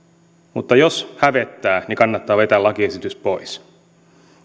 mutta jos hävettää kannattaa vetää lakiesitys pois